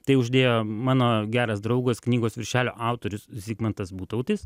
tai uždėjo mano geras draugas knygos viršelio autorius zigmantas butautis